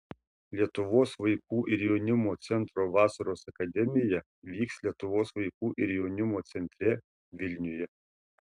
lietuvos vaikų ir jaunimo centro vasaros akademija vyks lietuvos vaikų ir jaunimo centre vilniuje